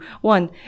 one